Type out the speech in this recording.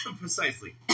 precisely